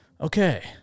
okay